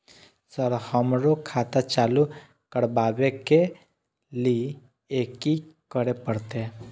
Sir हमरो खाता चालू करबाबे के ली ये की करें परते?